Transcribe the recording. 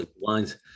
lines